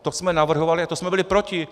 To jsme navrhovali a to jsme byli proti.